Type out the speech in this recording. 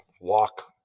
walk